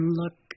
look